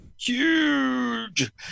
Huge